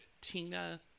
tina